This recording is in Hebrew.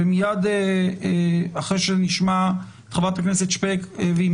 מיד אחרי שנשמע את חברת הכנסת שפק ואם